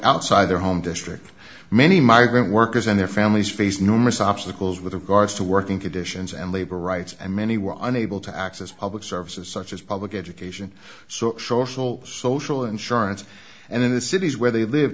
outside their home district many migrant workers and their families face enormous obstacles with regards to working conditions and labor rights and many were unable to access public services such as public education so show szell social insurance and in the cities where they live